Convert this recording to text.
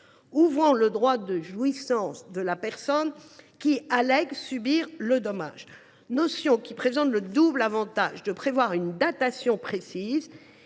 ouvrant le droit de jouissance de la personne qui allègue subir le dommage », notion qui présente le double avantage de prévoir une datation précise